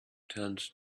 turned